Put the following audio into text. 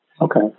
Okay